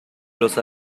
los